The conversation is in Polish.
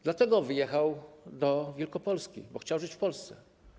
Dlatego wyjechał do Wielkopolski, bo chciał żyć w Polsce.